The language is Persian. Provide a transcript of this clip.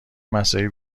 مساعی